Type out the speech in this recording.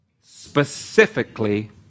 specifically